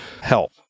help